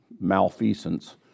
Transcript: malfeasance